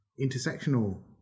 intersectional